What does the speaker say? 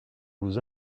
vous